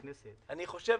אני חושב,